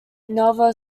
nova